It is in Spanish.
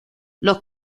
los